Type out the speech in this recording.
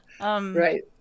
right